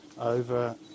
over